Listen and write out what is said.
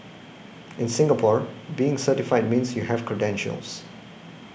in Singapore being certified means you have credentials